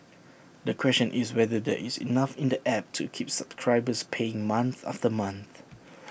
the question is whether there is enough in the app to keep subscribers paying month after month